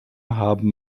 haben